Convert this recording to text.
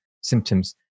symptoms